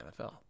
NFL